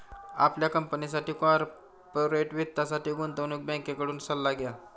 आपल्या कंपनीसाठी कॉर्पोरेट वित्तासाठी गुंतवणूक बँकेकडून सल्ला घ्या